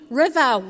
river